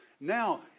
Now